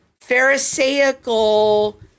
pharisaical